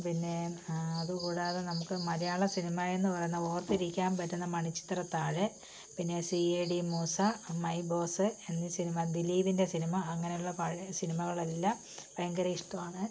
പിന്നെ അതു കൂടാതെ നമുക്ക് മലയാള സിനിമ എന്നു പറയുന്ന ഓർത്തിരിക്കാൻ പറ്റുന്ന മണിച്ചിത്രത്താഴ് പിന്നെ C I D Moosa my boss എന്നീ സിനിമ ദീലീപിൻ്റെ സിനിമ അങ്ങനെയുള്ള പഴയ സിനിമകളെല്ലാം ഭയങ്കര ഇഷ്ടമാണ്